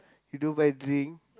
you don't buy drink